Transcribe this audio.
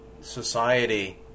society